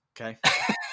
Okay